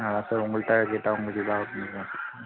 அதான் சார் உங்கள்கிட்ட கேட்டால் உங்களுக்கு இதாகும் தான் சார்